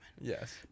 Yes